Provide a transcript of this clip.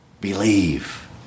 Believe